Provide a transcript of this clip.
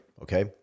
Okay